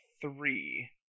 three